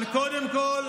אבל קודם כול,